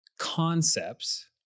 concepts